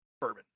bourbon